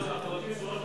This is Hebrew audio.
אדוני היושב-ראש,